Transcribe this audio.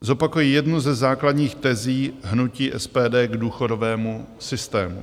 Zopakuji jednu ze základních tezí hnutí SPD k důchodovému systému.